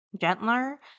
gentler